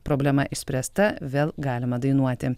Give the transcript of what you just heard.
problema išspręsta vėl galima dainuoti